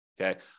Okay